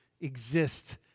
exist